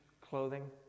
clothing